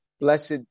blessed